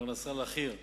מר נסראללה ח'יר,